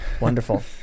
Wonderful